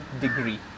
degree